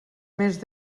més